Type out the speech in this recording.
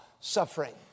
suffering